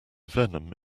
venom